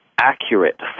accurate